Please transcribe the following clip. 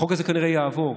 החוק הזה כנראה יעבור,